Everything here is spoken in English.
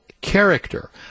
character